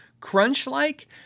crunch-like